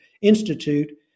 institute